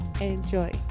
Enjoy